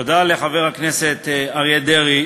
תודה לחבר הכנסת אריה דרעי